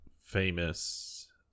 famous